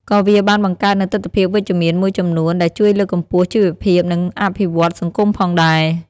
ក៏វាបានបង្កើតនូវទិដ្ឋភាពវិជ្ជមានមួយចំនួនដែលជួយលើកកម្ពស់ជីវភាព និងអភិវឌ្ឍន៍សង្គមផងដែរ។